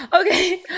Okay